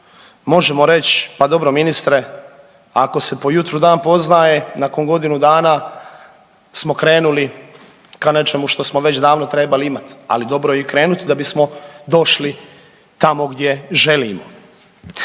Možemo reć pa dobro ministre ako se po jutru dan poznaje nakon godinu dana smo krenuli ka nečemu što smo već davno trebali imat, ali dobro je i krenut da bismo došli tamo gdje želimo.